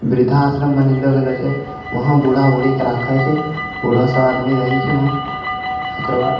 वृद्धा आश्रम बनैलऽ गेलऽ छै वहाँ बूढ़ा बूढ़ीके राखै छै बूढ़ऽसब आदमी रहै छै वहाँ ओकर बाद